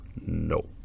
No